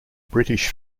british